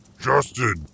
Justin